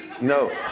no